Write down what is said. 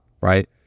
right